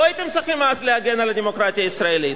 לא הייתם צריכים אז להגן על הדמוקרטיה הישראלית.